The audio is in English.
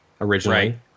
originally